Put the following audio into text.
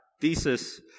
thesis